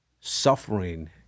Suffering